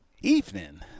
evening